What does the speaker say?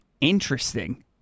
Interesting